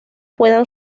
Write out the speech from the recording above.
puedan